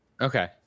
Okay